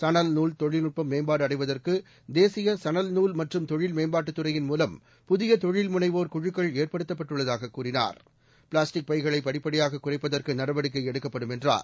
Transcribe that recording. சணல் நூல் தொழில்நுட்பம் மேம்பாடுஅடைவதற்குதேசியசணல் நூல் மற்றும் தொழில் மேம்பாட்டுத் துறையின் மூலம் புதியதொழில் முனைவோர் ஏற்படுத்தப்பட்டுள்ளதாககூறினார் பிளாஸ்டிக் குழுக்கள் பைகளைபடிப்படியாககுறைப்பதற்குநடவடிக்கைஎடுக்கப்படும் என்றார்